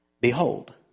behold